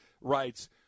writes